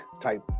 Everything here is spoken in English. type